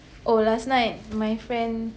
oh last night my friend